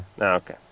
okay